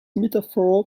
metaphor